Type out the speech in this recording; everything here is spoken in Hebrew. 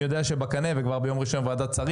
יודע שהם בקנה והם כבר ביום ראשון בוועדת שרים.